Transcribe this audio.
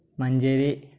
Manjeri